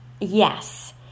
Yes